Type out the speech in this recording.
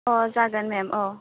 अ' जागोन मेम औ